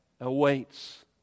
awaits